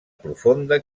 profunda